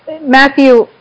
Matthew